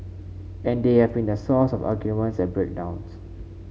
and they have been the source of arguments and break downs